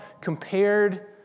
compared